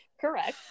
correct